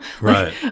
Right